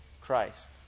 Christ